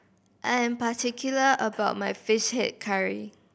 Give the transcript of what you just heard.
I am particular about my Fish Head Curry